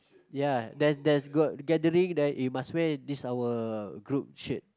ya there's there's got gathering then you must wear this our group shirt